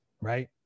right